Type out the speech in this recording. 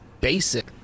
basic